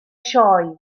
sioe